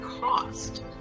cost